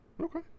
Okay